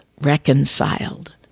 reconciled